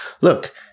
look –